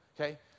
Okay